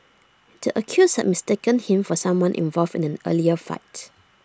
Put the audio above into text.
the accused had mistaken him for someone involved in an earlier fight